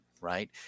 right